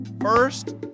first